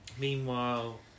Meanwhile